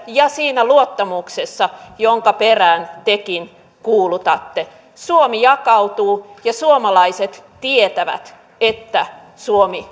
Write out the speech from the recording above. ja siinä luottamuksessa jonka perään tekin kuulutatte suomi jakautuu ja suomalaiset tietävät että suomi